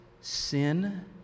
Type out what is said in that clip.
sin